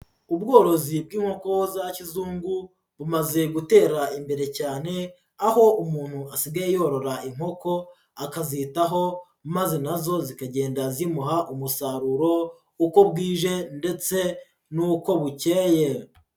Ubworozi bw'inkoko za kizungu bumaze gutera imbere cyane, aho umuntu asigaye yorora inkoko akazitaho maze na zo zikagenda zimuha umusaruro uko bwije ndetse n'uko bukeye.